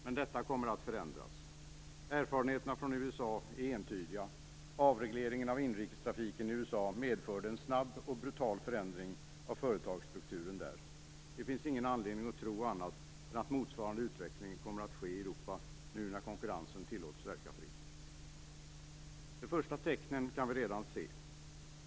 Men detta kommer att förändras. Erfarenheterna från USA är entydiga. Avregleringen av inrikestrafiken i USA medförde en snabb och brutal förändring av företagsstrukturen där. Det finns ingen anledning att tro annat än att motsvarande utveckling kommer att ske i Europa, nu när fri konkurrens tillåts. De första tecknen kan vi redan se.